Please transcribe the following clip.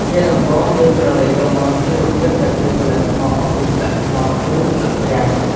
ជាដំបូងយើងក្រឡេកទៅមើលពីរបៀបដែលគេផលិតស្មុកអំពីស្លឹកត្នោត ឬស្លឹកទ្រាំង។